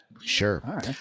Sure